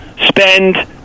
spend